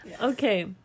Okay